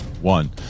One